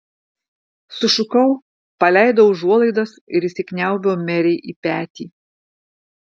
sušukau paleidau užuolaidas ir įsikniaubiau merei į petį